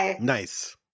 Nice